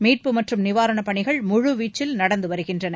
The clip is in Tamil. மீட்பு மற்றும் நிவாரண பணிகள் முழு வீச்சில் நடந்து வருகின்றன